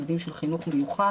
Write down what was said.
ילדים של חינוך מיוחד.